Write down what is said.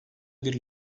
bir